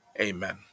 amen